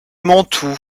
mantoue